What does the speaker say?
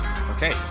Okay